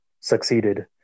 succeeded